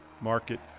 Market